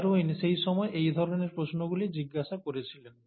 Darwin সেই সময় এই ধরণের প্রশ্নগুলি জিজ্ঞাসা করেছিলেন